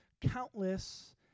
countless